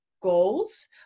goals